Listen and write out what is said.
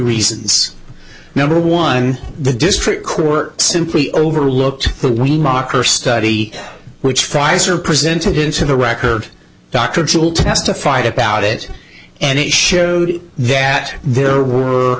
reasons number one the district court simply overlooked the we mocker study which pfizer presented into the record dr jill testified about it and it showed that there were